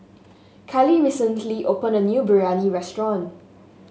Kylee recently opened a new Biryani restaurant